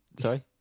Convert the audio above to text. Sorry